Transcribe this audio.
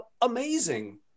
amazing